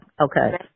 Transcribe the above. okay